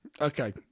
Okay